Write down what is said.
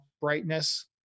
brightness